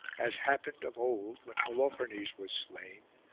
as happened of old when holofernes was slain,